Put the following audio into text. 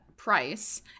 price